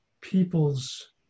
people's